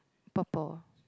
purple